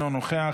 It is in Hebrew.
אינו נוכח,